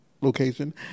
location